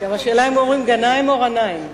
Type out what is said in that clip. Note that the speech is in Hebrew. גם השאלה אם אומרים גנאים או ע'נאים.